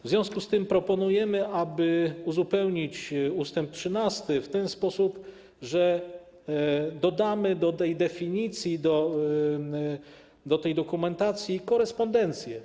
W związku z tym proponujemy, aby uzupełnić ust. 13 w ten sposób, by dodać do tej definicji, do tej dokumentacji korespondencję.